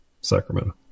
Sacramento